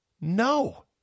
No